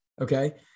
Okay